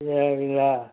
அப்படிங்களா